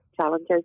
challenges